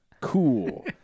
Cool